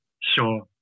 Sure